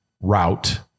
route